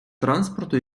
транспорту